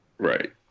Right